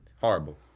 horrible